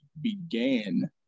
began